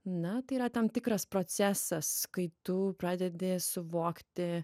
na tai yra tam tikras procesas kai tu pradedi suvokti